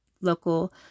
local